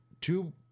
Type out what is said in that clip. two